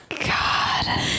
god